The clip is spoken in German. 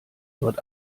dort